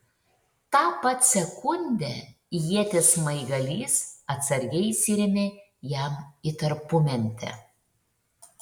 tą pat sekundę ieties smaigalys atsargiai įsirėmė jam į tarpumentę